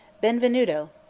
Benvenuto